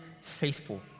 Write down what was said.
faithful